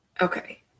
okay